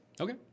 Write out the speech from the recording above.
Okay